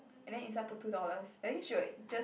and then inside put two dollars then you should just